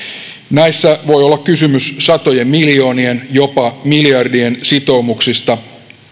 näissä voi olla kysymys satojen miljoonien jopa miljardien sitoumuksista